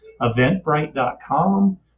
eventbrite.com